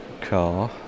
car